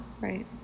Right